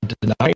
denied